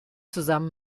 zusammen